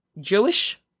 Jewish